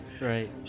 Right